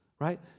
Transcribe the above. right